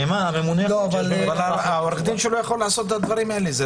אבל עורך הדין שלו יכול לעשות את הדברים האלה.